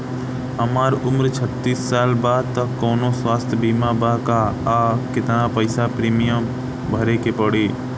हमार उम्र छत्तिस साल बा त कौनों स्वास्थ्य बीमा बा का आ केतना पईसा प्रीमियम भरे के पड़ी?